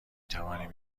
توانیم